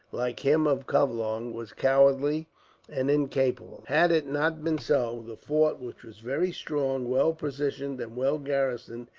like him of covelong, was cowardly and incapable. had it not been so, the fort, which was very strong, well provisioned, and well garrisoned,